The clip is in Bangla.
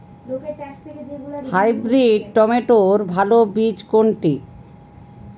হাইব্রিড টমেটোর ভালো বীজ কোনটি?